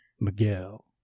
miguel